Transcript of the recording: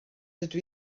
dydw